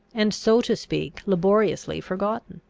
and, so to speak, laboriously forgotten.